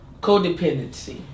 codependency